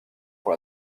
pour